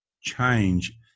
change